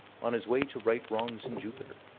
on his way to right wrongs in jupiter.